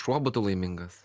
šuo būtų laimingas